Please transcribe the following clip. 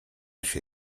się